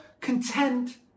content